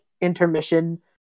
intermission